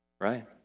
right